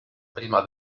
prima